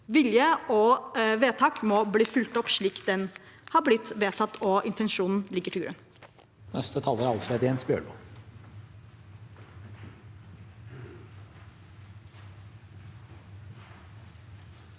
vilje og vedtak må bli fulgt opp slik det har blitt vedtatt, og slik intensjonen ligger til grunn. Alfred Jens Bjørlo